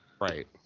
Right